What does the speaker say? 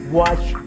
watch